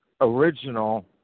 original